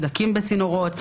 בסדקים בצינורות,